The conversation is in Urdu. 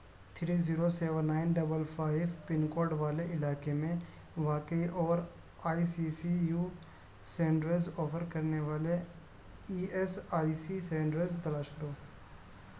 three zero seven nine double five pin code والے علاقے میں واقعی اور I C C U senders offer کرنے والے E S I C senders تلاش کرو